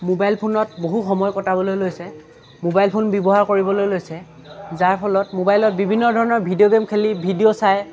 mobile ফোনত বহু সময় কটাবলৈ লৈছে মোবাইল ফোন ব্যৱহাৰ কৰিবলৈ লৈছে যাৰ ফলত মোবাইলত বিভিন্ন ধৰণৰ ভিডিঅ' গে'ম খেলি ভিডিঅ' চাই